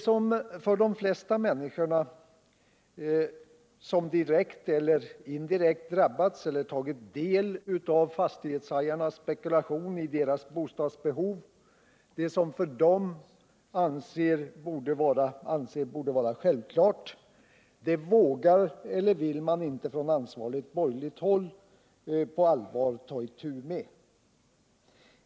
Vad de flesta människor, som direkt eller indirekt drabbats eller tagit del av fastighetshajarnas spekulation i deras bostadsbehov, anser borde vara självklart vågar eller vill man från ansvarigt borgerligt håll inte på allvar ta itu med.